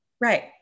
Right